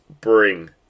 bring